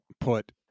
put